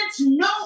no